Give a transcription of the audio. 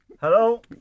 Hello